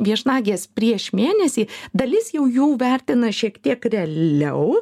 viešnagės prieš mėnesį dalis jau jų vertina šiek tiek realiau